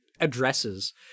addresses